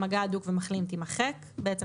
"מגע הדוק" ו"מחלים" תימחק." (בעצם,